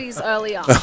earlier